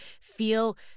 feel